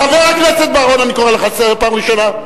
חבר הכנסת בר-און, אני קורא אותך לסדר פעם ראשונה.